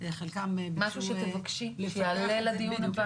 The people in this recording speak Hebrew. --- מה שתבקשי יעלה לדיון הבא.